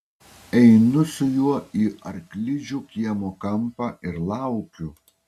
einu su juo į arklidžių kiemo kampą ir laukiu